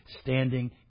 standing